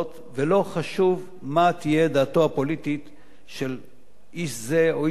ולא חשוב מה תהיה דעתו הפוליטית של איש זה או איש אחר,